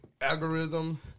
algorithm